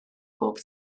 bob